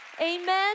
Amen